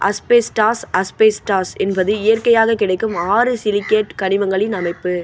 asbestos asbestos என்பது இயற்கையாகக் கிடைக்கும் ஆறு சிலிக்கேட் கனிமங்களின் அமைப்பு